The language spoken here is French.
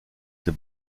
ses